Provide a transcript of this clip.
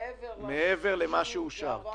מעבר למה שעבר?